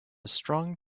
strong